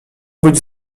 być